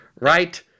right